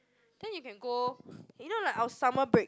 then you can go you know like our summer break